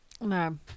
No